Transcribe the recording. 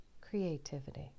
creativity